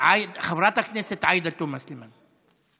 חברת הכנסת עאידה תומא סלימאן.